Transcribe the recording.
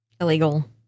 Illegal